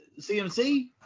CMC